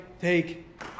take